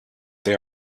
they